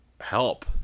help